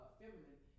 feminine